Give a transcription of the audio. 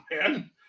man